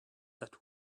that